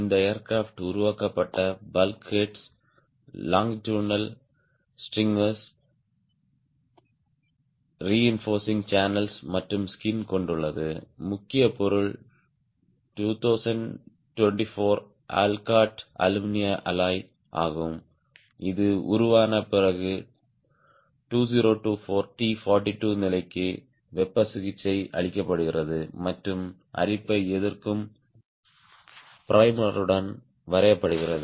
இந்த ஏர்கிராஃப்ட் உருவாக்கப்பட்ட bulkheads லாங்கிடுதினால் ஸ்ட்ரிங்கர்கள் ரெஇன்போர்சிங் சேனல்ஸ் மற்றும் ஸ்கின் கொண்டுள்ளது முக்கிய பொருள் 2024 ஆல்காட் அலுமினிய அலாய் ஆகும் இது உருவான பிறகு 2024 T 42 நிலைக்கு வெப்ப சிகிச்சை அளிக்கப்படுகிறது மற்றும் அரிப்பை எதிர்க்கும் ப்ரைமருடன் வரையப்படுகிறது